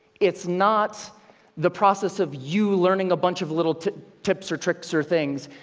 it's not the process of you learning a bunch of little tips or tricks or things.